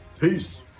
Peace